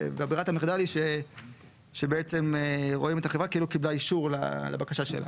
ברירת המחדל היא שבעצם רואים את החברה כאילו קיבלה אישור לבקשה שלה.